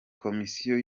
komisiyo